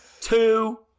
two